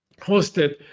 hosted